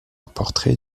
portrait